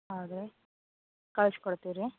ಹೌದ್ರಿ ಕಳ್ಸ್ಕೊಡ್ತೀವಿ ರೀ